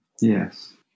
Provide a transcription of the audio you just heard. Yes